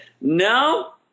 no